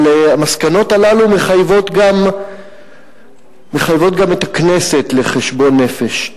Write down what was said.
אבל המסקנות הללו מחייבות גם את הכנסת לחשבון נפש,